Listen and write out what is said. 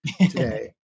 today